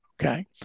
Okay